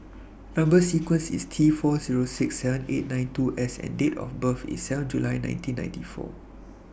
Number sequence IS T four Zero six seven eight nine two S and Date of birth IS seven July nineteen ninety four